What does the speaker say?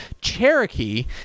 Cherokee